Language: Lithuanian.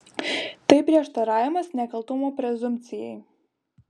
tai prieštaravimas nekaltumo prezumpcijai